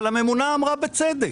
אבל הממונה אמרה בצדק,